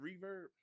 reverb